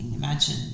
Imagine